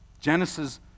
Genesis